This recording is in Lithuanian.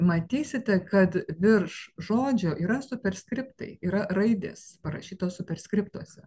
matysite kad virš žodžio yra superskriptai yra raidės parašytos superskriptuose